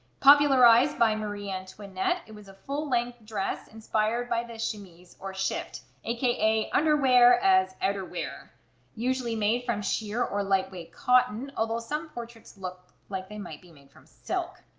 popularized by marie antoinette, it was a full-length dress inspired by the chemise or shift aka underwear as outerwear usually made from sheer or lightweight cotton. although some portraits look like they might be made from silk,